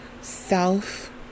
self